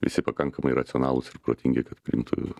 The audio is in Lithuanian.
visi pakankamai racionalūs ir protingi kad priimtų